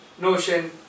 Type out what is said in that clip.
notion